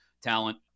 talent